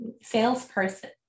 salesperson